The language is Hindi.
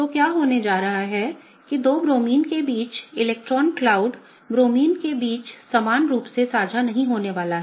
तो क्या होने जा रहा है कि दो ब्रोमाइंस के बीच इलेक्ट्रॉन क्लाउड ब्रोमाइंस के बीच समान रूप से साझा नहीं होने वाला है